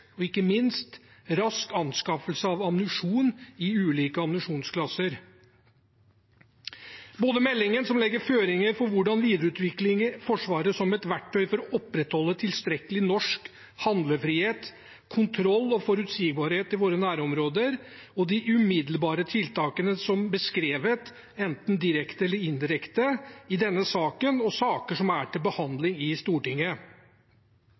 og ikke minst, rask anskaffelse av ammunisjon i ulike ammunisjonsklasser. Meldingen legger føringer for videreutvikling av Forsvaret som verktøy for å opprettholde tilstrekkelig norsk handlefrihet, kontroll og forutsigbarhet i våre nærområder. Og de umiddelbare tiltakene er beskrevet enten direkte eller indirekte i denne og andre saker som er til behandling i Stortinget.